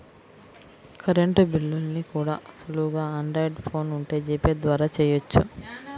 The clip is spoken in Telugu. కరెంటు బిల్లుల్ని కూడా సులువుగా ఆండ్రాయిడ్ ఫోన్ ఉంటే జీపే ద్వారా చెయ్యొచ్చు